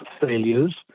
failures